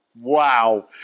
Wow